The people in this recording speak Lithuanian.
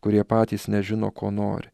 kurie patys nežino ko nori